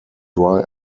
dry